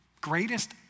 greatest